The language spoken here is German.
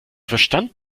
verstand